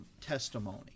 testimony